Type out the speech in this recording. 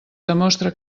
demostra